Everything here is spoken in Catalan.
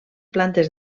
plantes